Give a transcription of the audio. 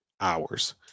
hours